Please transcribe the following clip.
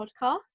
podcast